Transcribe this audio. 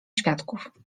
świadków